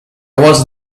was